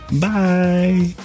Bye